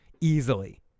easily